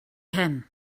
him